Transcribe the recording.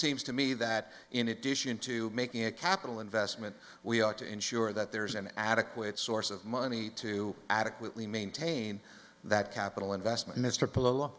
seems to me that in addition to making a capital investment we ought to ensure that there is an adequate source of money to adequately maintain that capital investment mr polow